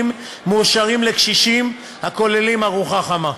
מועשרים לקשישים הכוללים ארוחה חמה,